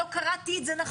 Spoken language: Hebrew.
לא קראתי את זה נכון.